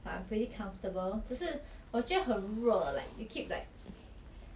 carbon dioxide I don't know just just 很闷 then 我的眼镜每次会 fog up